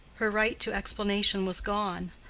her right to explanation was gone.